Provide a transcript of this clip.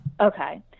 Okay